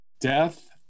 death